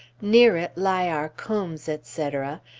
near it lie our combs, etc,